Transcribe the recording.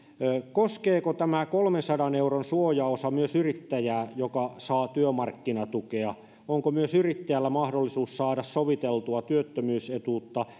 koskeeko tämä kolmensadan euron suojaosa myös yrittäjää joka saa työmarkkinatukea onko myös yrittäjällä mahdollisuus saada soviteltua työttömyysetuutta